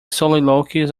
soliloquies